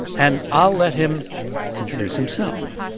and i'll let him introduce himself